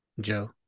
Joe